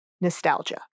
Nostalgia